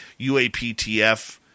UAPTF